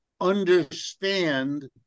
understand